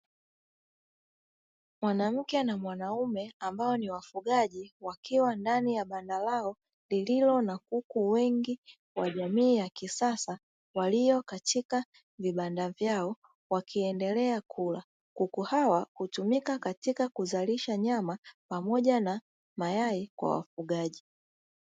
Mwanamke na mwanaume ambao ni wafugaji, wakiwa ndani ya banda lao lililo na kuku wengi wa jamii ya kisasa walio katika vibanda vyao, wakiendelea kula. Kuku hawa hutumika katika kuzalisha nyama pamoja na mayai kwa wafugaji.